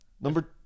number